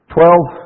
Twelve